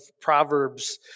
Proverbs